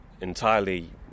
entirely